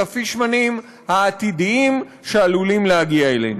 הפישמנים העתידיים שעלולים להגיע אלינו.